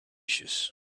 issues